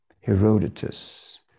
Herodotus